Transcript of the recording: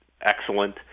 excellent